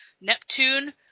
Neptune